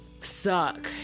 suck